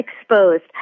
exposed